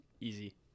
easy